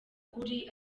ukuri